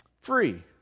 free